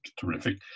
terrific